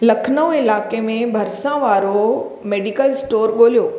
लखनऊ इलाइक़े में भरिसां वारो मेडिकल स्टोर ॻोल्हियो